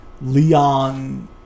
Leon